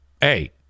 Hey